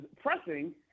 pressing